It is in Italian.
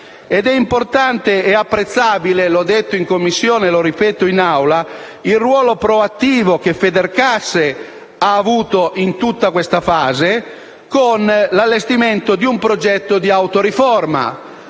Ed è importante e apprezzabile - l'ho detto in Commissione e lo ripeto in Aula - il ruolo proattivo che Federcasse ha avuto in tutta questa fase con l'allestimento di un progetto di autoriforma.